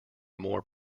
more